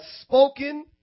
spoken